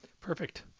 perfect